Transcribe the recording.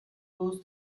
flows